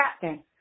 captain